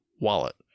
wallet